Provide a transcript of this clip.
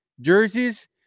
jerseys